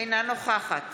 אינה נוכחת